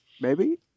baby